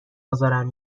ازارم